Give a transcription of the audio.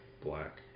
black